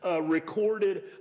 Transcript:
recorded